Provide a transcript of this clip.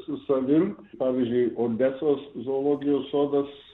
su savim pavyzdžiui odesos zoologijos sodas